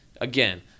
again